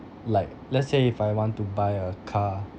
like let's say if I want to buy a car